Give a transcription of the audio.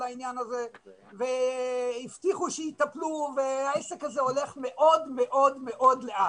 העניין הזה והבטיחו שיטפלו והעסק הזה הולך מאוד מאוד מאוד לאט.